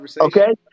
Okay